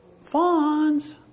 Fawns